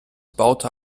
baute